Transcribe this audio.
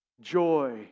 joy